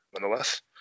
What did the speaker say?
nonetheless